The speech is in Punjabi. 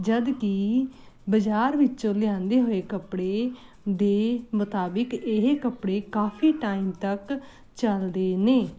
ਜਦ ਕੀ ਬਾਜ਼ਾਰ ਵਿੱਚੋਂ ਲਿਆਂਦੇ ਹੋਏ ਕੱਪੜੇ ਦੇ ਮੁਤਾਬਿਕ ਇਹ ਕੱਪੜੇ ਕਾਫੀ ਟਾਈਮ ਤੱਕ ਚੱਲਦੇ ਨੇ